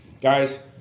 Guys